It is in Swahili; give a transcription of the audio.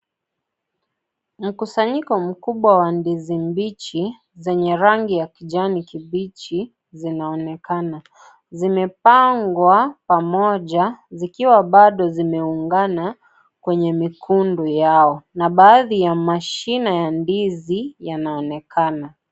Mkusanyiko mkubwa wa ndizi mbichi zenye rangi ya kijani kibichi zinaonekana. Zimepangwa pamoja, zikiwa bado zimeungana kwenye mikungu yao na baadhi ya mashine ya ndizi yanaonekana.